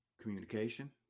communication